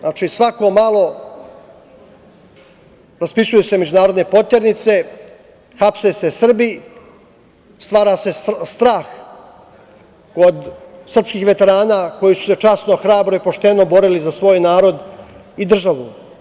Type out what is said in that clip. Znači, svako malo raspisuju se međunarodne poternice, hapse se Srbi, stvara se strah kod srpskih veterana koji su se časno i hrabro i pošteno borili za svoj narod i državu.